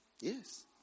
Yes